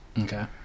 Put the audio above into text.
Okay